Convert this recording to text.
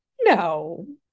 no